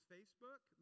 Facebook